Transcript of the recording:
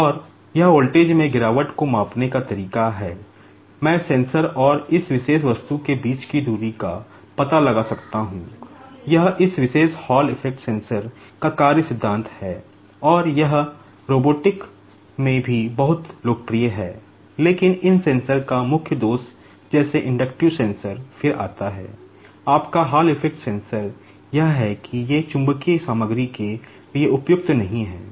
और यह वोल्टेज में गिरावट को मापने का तरीका है मैं सेंसर के लिए उपयुक्त नहीं हैं